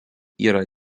yra